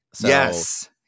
Yes